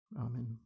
Amen